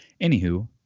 anywho